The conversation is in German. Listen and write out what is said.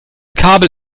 kabel